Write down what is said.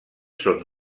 són